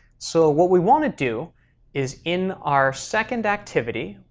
so what we want to do is, in our second activity,